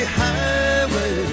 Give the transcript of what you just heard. highway